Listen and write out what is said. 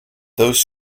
those